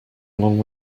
along